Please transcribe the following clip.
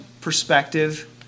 perspective